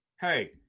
hey